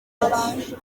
ati